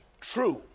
true